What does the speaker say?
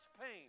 pain